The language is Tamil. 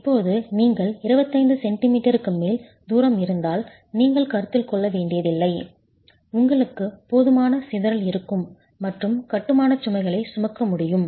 இப்போது நீங்கள் 25 சென்டிமீட்டருக்கு மேல் தூரம் இருந்தால் நீங்கள் கருத்தில் கொள்ள வேண்டியதில்லை உங்களுக்கு போதுமான சிதறல் இருக்கும் மற்றும் கட்டுமான சுமைகளை சுமக்க முடியும்